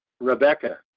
Rebecca